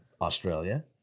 Australia